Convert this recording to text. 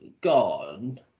gone